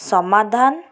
ସମାଧାନ